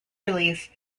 release